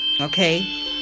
okay